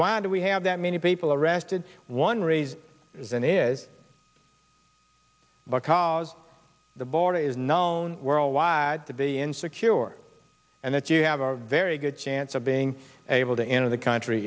why do we have that many people arrested one reason reason is because the border is known worldwide to be in secure and that you have a very good chance of being able to enter the country